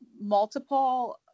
multiple